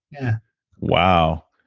yeah wow.